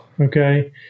okay